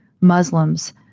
Muslims